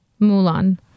Mulan